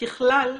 ככלל,